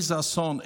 איזה אסון,